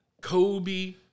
Kobe